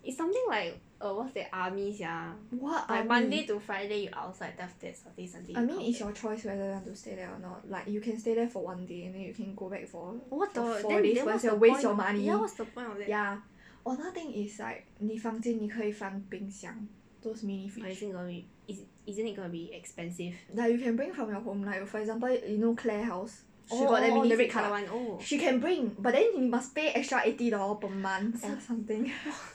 what army I mean it's your choice whether you want to stay there or not like you can stay there for one day and then you can go back for for four days but is a waste your money ya oh another thing is like 你房间你可以放冰箱 those mini fridge like you can bring from your home like for example you know claire house she got that mini fridge [what] she can bring but then you must pay extra eighty dollars per month or something